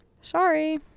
Sorry